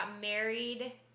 married